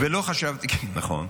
נכון.